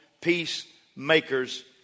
peacemakers